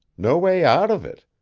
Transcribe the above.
no way out of it.